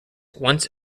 once